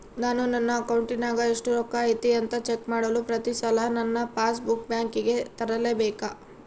ನಾನು ನನ್ನ ಅಕೌಂಟಿನಾಗ ಎಷ್ಟು ರೊಕ್ಕ ಐತಿ ಅಂತಾ ಚೆಕ್ ಮಾಡಲು ಪ್ರತಿ ಸಲ ನನ್ನ ಪಾಸ್ ಬುಕ್ ಬ್ಯಾಂಕಿಗೆ ತರಲೆಬೇಕಾ?